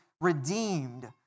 redeemed